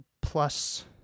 plus